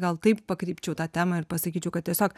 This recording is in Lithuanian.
gal taip pakreipčiau tą temą ir pasakyčiau kad tiesiog